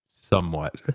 somewhat